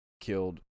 killed